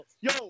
Yo